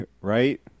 right